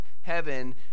heaven